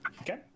Okay